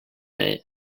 mate